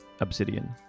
Obsidian